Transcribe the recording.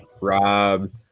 Rob